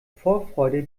vorfreude